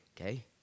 okay